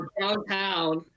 downtown